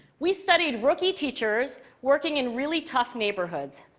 we studied rookie teachers working in really tough neighborhoods,